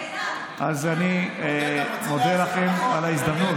אז אני מודה לכם על ההזדמנות,